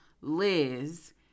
Liz